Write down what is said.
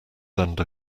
under